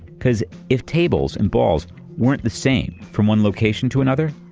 because if tables and balls weren't the same from one location to another,